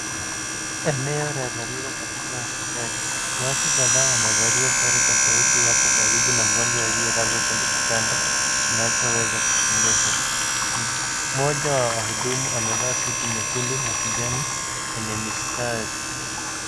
Eneo la dharura katika hospitali , watu kadhaa wamevalia sare tofauti wapo karibu na mgonjwa aliyelazwa kwenye kitanda kinachoweza kusongeshwa . Mmoja wa wahudumu amevaa suti nyekundu na kijani yenye mistari.